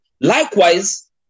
Likewise